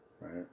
right